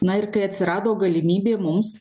na ir kai atsirado galimybė mums